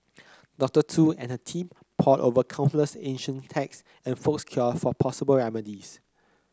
Doctor Tu and her team pored over countless ancient text and folks cure for possible remedies